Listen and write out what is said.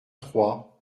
trois